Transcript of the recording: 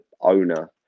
owner